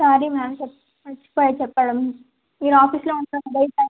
sorry ma'am మర్చిపోయాను చెప్పడం మీరు ఆఫీస్లో ఉంటారు కదా బయట